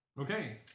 Okay